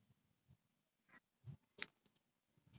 I my favourite actor